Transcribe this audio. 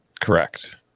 Correct